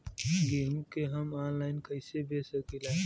गेहूँ के हम ऑनलाइन बेंच सकी ला?